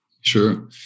Sure